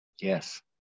Yes